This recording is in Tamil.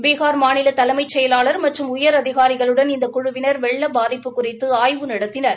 பீகார் மாநில தலைமைச் செயலாளர் மற்றும் உயரதிகாரிகளுடன் இந்த குழுவினர் வெள்ளப் பாதிப்பு குறித்து ஆய்வு நடத்தினர்